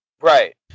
right